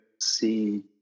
see